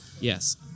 Yes